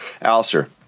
Alistair